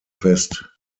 fest